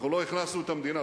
אנחנו לא הכנסנו את המדינה,